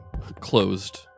Closed